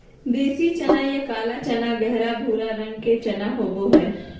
देसी चना या काला चना गहरा भूरा रंग के चना होबो हइ